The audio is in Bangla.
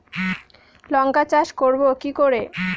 লঙ্কা চাষ করব কি করে?